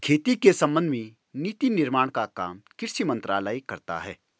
खेती के संबंध में नीति निर्माण का काम कृषि मंत्रालय करता है